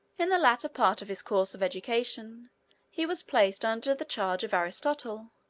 in the latter part of his course of education he was placed under the charge of aristotle,